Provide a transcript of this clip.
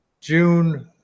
June